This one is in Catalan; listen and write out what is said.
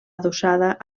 adossada